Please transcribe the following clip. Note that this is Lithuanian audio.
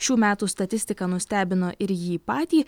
šių metų statistika nustebino ir jį patį